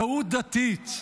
טעות דתית.